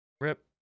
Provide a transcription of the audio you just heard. rip